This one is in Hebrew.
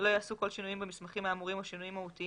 לא ייעשו כל שינויים במסמכים האמורים או שינויים מהותיים